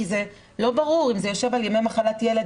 כי זה לא ברור אם זה יושב על ימי מחלת ילד,